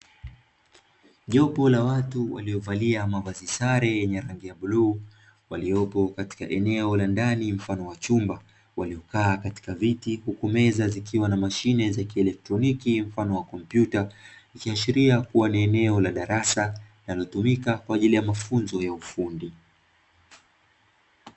Jopo la watu waliovalia mavazi sare yenye rangi ya bluu ,waliopo katika eneo la ndani mfano wa chumba, waliokaa katika viti, huku meza zikiwa na mashine za kielekteoniki mfano wa kompiuta, ikiashiria kuwa ni eneo la darasa, linalotumika kwa ajili ya mafunzo ya ufundi.